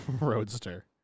Roadster